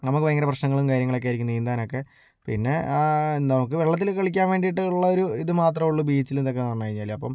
നമുക്ക് ഭയങ്കര പ്രശ്നങ്ങളും കാര്യങ്ങളുമൊക്കെ ആയിരിക്കും നീന്താൻ ഒക്കെ പിന്നെ നമുക്ക് വെള്ളത്തിൽ കുളിക്കാൻ വേണ്ടിയിട്ടുള്ള ഒരു ഇത് മാത്രമുള്ള ബീച്ചില്ന്ന് ഒക്കെ പറഞ്ഞ് കഴിഞ്ഞാല് അപ്പം